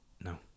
No